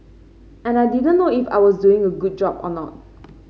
and I didn't know if I was doing a good job or not